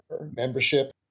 Membership